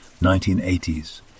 1980s